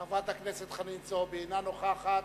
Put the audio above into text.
חברת הכנסת חנין זועבי, אינה נוכחת.